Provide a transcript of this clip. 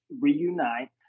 reunite